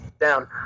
down